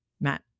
Matt